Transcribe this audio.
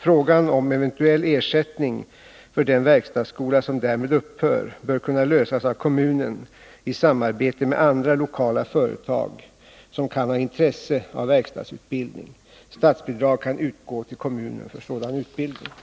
Frågan om eventuell ersättning för den verkstadsskola som därmed upphör bör kunna lösas av kommunen i samarbete med andra lokala företag som kan ha intresse av verkstadsutbildning. Statsbidrag kan utgå till kommunen för sådan utbildning.